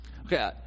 Okay